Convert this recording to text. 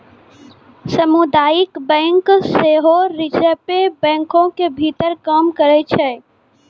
समुदायिक बैंक सेहो रिजर्वे बैंको के भीतर काम करै छै